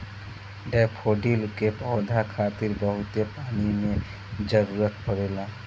daffodil के पौधा खातिर बहुते पानी के जरुरत पड़ेला